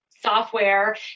software